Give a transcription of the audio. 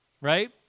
Right